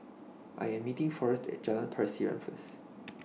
I Am meeting Forest At Jalan Pasiran First